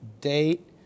date